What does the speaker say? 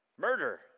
Murder